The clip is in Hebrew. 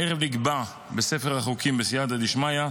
הערב נקבע בספר החוקים, בסייעתא דשמיא,